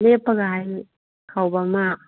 ꯂꯦꯞꯄꯒ ꯍꯥꯏꯗꯤ ꯈꯥꯎꯕ ꯑꯃ